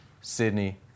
Sydney